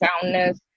soundness